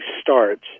starts